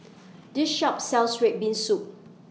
This Shop sells Red Bean Soup